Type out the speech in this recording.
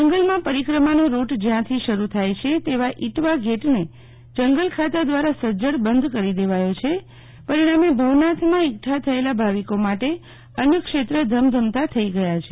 જંગલમાં પરિક્રમાનો રૂટ જ્યાંથી શરૂ થાય છે તેવા ઇટવા ગેટને જંગલ ખાતા દ્વારા સજ્જડ બંધ કરી દેવાયો છે પરિણામે ભવનાથમાં એકઠાં થયેલા ભાવિકો માટે અન્નક્ષેત્ર ધમધમતા થઇ ગયા છે